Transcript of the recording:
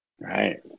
Right